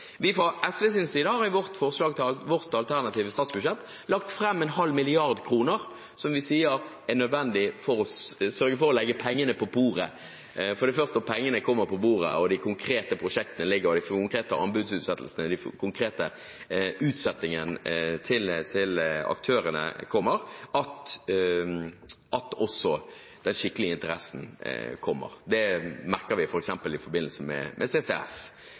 Fra SVs side har vi i vårt alternative statsbudsjett lagt fram en halv milliard. Det er nødvendig å sørge for å legge pengene på bordet, for det er først når pengene kommer på bordet og de konkrete anbudsutsettingene til aktørene kommer, at også den skikkelige interessen kommer. Det merket vi f.eks. i forbindelse med CCS: Det er de konkrete tingene som gjør at man driver fram teknologiutviklingen og at aktørene tør å satse. Med